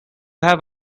have